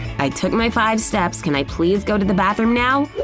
i took my five steps. can i please go to the bathroom now?